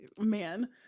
man